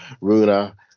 Runa